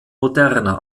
moderner